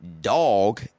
dog